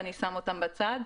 ואני שמה אותם בצד,